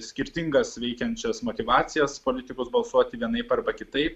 skirtingas veikiančias motyvacijas politikus balsuot vienaip arba kitaip